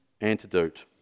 antidote